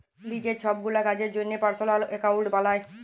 লিজের ছবগুলা কাজের জ্যনহে পার্সলাল একাউল্ট বালায়